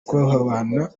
kubahana